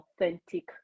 authentic